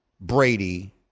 Brady